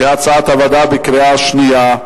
כהצעת הוועדה, בקריאה שנייה.